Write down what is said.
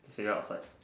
say outside